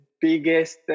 biggest